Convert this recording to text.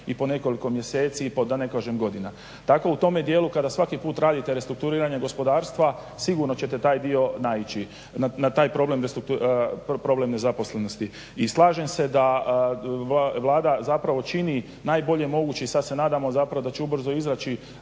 i po nekoliko mjeseci da ne kažem godina. Tako u tom dijelu kada svaki put radite restrukturiranje gospodarstva sigurno ćete taj dio naići na taj problem nezaposlenosti. I slažem se da Vlada čini najbolje moguće i sada se nadamo da će ubrzo izaći